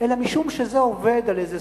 אלא משום שזה עובד על איזה